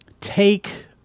take